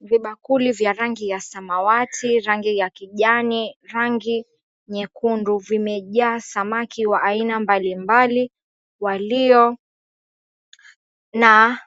Vibakuli vya rangi ya samawati rangi ya kijani rangi nyekundu, vimejaa samaki wa aina mbalimbali walio na